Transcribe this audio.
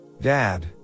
Dad